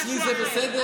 ואצלי זה בסדר?